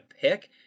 pick